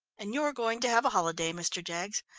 and you're going to have a holiday, mr. jaggs.